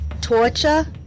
torture